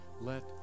let